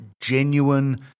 genuine